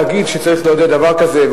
להגיד שצריך לעודד דבר כזה.